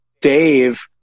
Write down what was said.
Dave